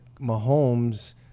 Mahomes